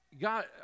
God